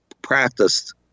practiced